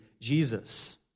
Jesus